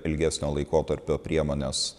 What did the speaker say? ilgesnio laikotarpio priemones